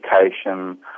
education